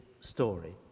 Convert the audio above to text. story